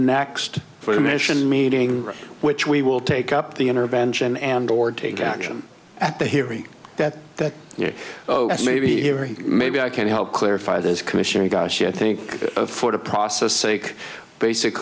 next for the mission meeting which we will take up the intervention and or take action at the hearing that that you may be hearing maybe i can help clarify this commissioner gosh i think for the process sake basic